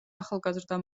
ახალგაზრდა